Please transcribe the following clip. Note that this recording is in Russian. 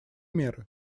меры